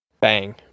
Bang